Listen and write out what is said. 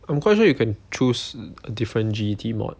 I'm quite sure you can choose a different G_E_T mod